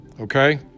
Okay